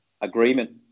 agreement